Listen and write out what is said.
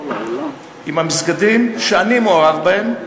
לגבי המסגדים שאני מעורב בהם,